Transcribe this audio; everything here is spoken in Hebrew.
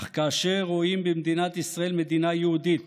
אך כאשר רואים במדינת ישראל מדינה יהודית